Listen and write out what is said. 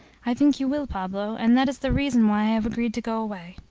i think you will, pablo, and that is the reason why i have agreed to go away.